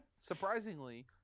Surprisingly